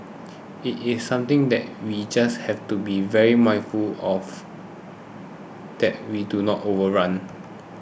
it is something that we just have to be very mindful of that we do not overrun